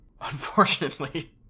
Unfortunately